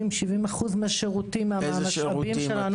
60%-70% מהשירותים ומהמשאבים שלנו הם לרשויות.